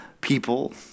people